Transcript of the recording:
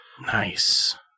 Nice